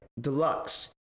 Deluxe